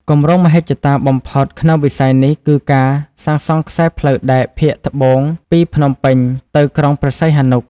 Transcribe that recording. គម្រោងមហិច្ឆតាបំផុតក្នុងវិស័យនេះគឺការសាងសង់ខ្សែផ្លូវដែកភាគត្បូងពីភ្នំពេញទៅក្រុងព្រះសីហនុ។